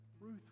Ruth